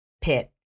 pit